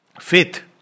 Faith